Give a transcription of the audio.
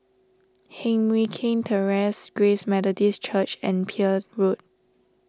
Heng Mui Keng Terrace Grace Methodist Church and Peel Road